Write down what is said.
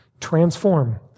Transform